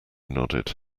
nodded